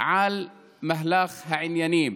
על מהלך העניינים.